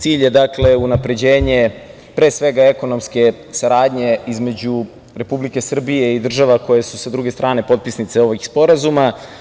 Cilj je unapređenje, pre svega, ekonomske saradnje između Republike Srbije i država koje su sa druge strane potpisnice ovih sporazuma.